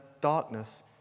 darkness